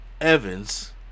Evans